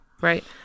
right